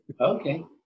Okay